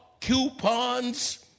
coupons